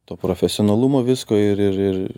to profesionalumo visko ir ir ir